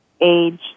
age